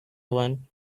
one